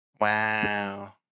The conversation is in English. Wow